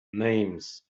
names